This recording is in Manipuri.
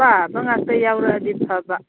ꯑꯄꯥꯕ ꯉꯥꯛꯇ ꯌꯥꯎꯔꯛꯑꯗꯤ ꯐꯕ